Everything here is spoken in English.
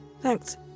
Thanks